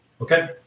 Okay